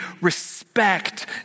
respect